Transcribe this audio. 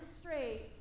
straight